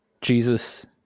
Jesus